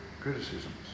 criticisms